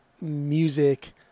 music